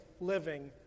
living